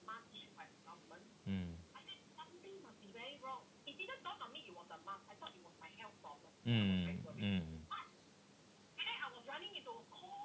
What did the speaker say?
mm mm mm mm